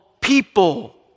people